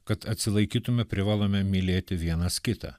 kad atsilaikytume privalome mylėti vienas kitą